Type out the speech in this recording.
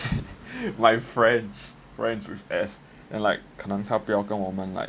my friends friends with S and then like 他可能跟我们 like